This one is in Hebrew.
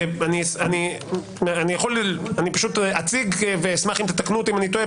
אני פשוט אציג ואשמח אם תתקנו אם אני טועה,